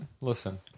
Listen